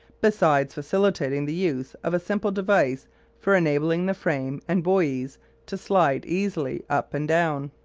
besides facilitating the use of a simple device for enabling the frame and buoys to slide easily up and down.